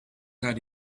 not